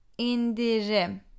Indirim